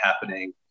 happening